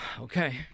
Okay